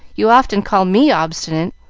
you often call me obstinate,